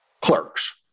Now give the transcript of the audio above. clerks